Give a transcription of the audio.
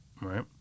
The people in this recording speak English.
Right